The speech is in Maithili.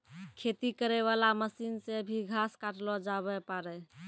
खेती करै वाला मशीन से भी घास काटलो जावै पाड़ै